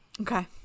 Okay